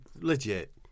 Legit